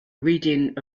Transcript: reading